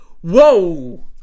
whoa